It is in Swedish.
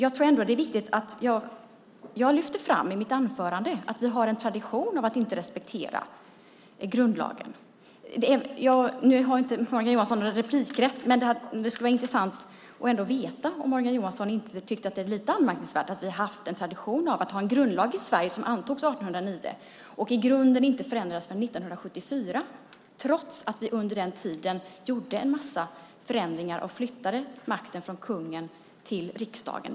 Jag lyfte i mitt anförande fram att vi har en tradition av att inte respektera grundlagen. Nu har inte Morgan Johansson någon replikrätt, men det skulle vara intressant att veta om han inte tycker att det är lite anmärkningsvärt att vi har haft en tradition av att ha en grundlag i Sverige som antogs 1809 och i grunden inte förändrades förrän 1974, trots att vi under den tiden gjorde en massa förändringar och flyttade makten från kungen till riksdagen.